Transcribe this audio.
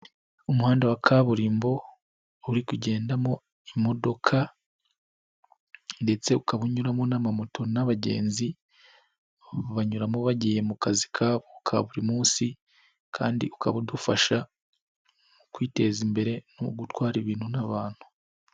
Umuhanda wa kaburimbo uri kugendamo imodoka ndetse ukaba unyuramo n'amamoto n'abagenzi, banyuramo bagiye mu kazi kabo ka buri munsi kandi ukaba udufasha mu kwiteza imbere no gutwara ibintu n'abantu.